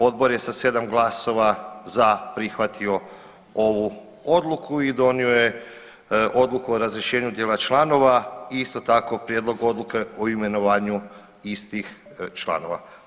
Odbor je sa 7 glasova za prihvatio ovu odluku i donio je odluku o razrješenju djela članova i isto tako prijedlog odluke o imenovanju istih članova.